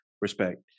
Respect